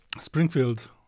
Springfield